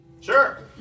Sure